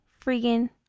freaking